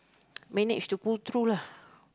manage to pull through lah